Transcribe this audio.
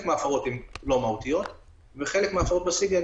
מההפרות הן לא מהותיות וחלק מההפרות בסיגינט,